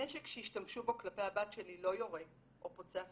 הנשק שהשתמשו בו כלפי הבת שלי לא יורה או פוצע פיזית.